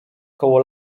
koło